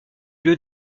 lieu